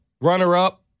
runner-up